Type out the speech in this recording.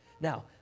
Now